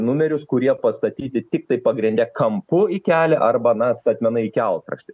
numerius kurie pastatyti tik tai pagrinde kampu į kelią arba na statmenai į kelkraštį